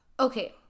Okay